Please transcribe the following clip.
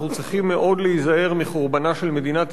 אנחנו צריכים להיזהר מאוד מחורבנה של מדינת